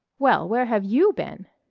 well, where have you been?